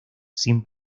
sin